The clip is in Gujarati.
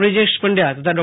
બ્રિજેશ પંડયા તથા ડો